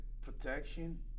protection